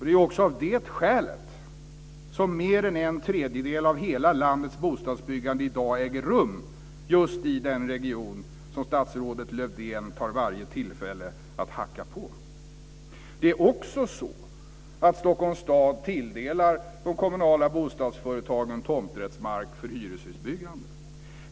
Det är ju också av det skälet som mer än en tredjedel av hela landets bostadsbyggande i dag äger rum just i den region som statsrådet Lövdén tar varje tillfälle att hacka på. Det är också så att Stockholms stad tilldelar de kommunala bostadsföretagen tomträttsmark för byggande av hyreshus.